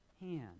hand